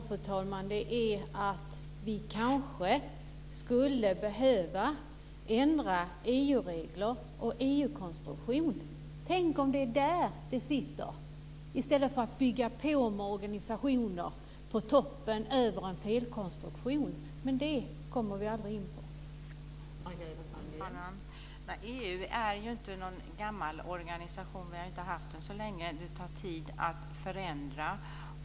Fru talman! EU är ju inte någon gammal organisation. Vi har inte haft den så länge. Det tar tid att förändra.